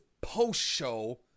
post-show